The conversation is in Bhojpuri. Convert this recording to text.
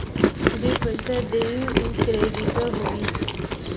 जे पइसा देई उ क्रेडिटर होई